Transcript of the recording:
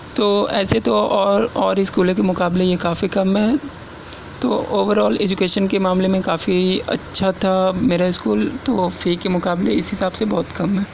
تو ایسے تو اور اور اسکولوں کے مقابلے یہ کافی کم ہے تو اوور آل ایجوکیشن کے معاملے میں کافی اچھا تھا میرا اسکول تو فی کے مقابلے اس حساب سے بہت کم ہے